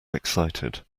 excited